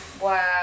Wow